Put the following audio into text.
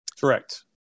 Correct